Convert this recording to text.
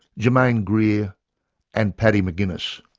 germaine greer and paddy mcguinness